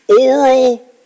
oral